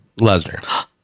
Lesnar